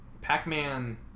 Pac-Man